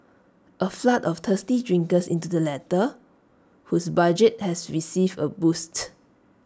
A flood of thirsty drinkers into the latter whose budget has received A boost